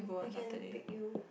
I can pick you